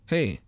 Hey